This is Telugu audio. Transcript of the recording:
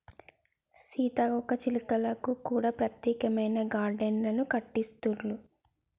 సీతాకోక చిలుకలకు కూడా ప్రత్యేకమైన గార్డెన్లు కట్టిస్తాండ్లు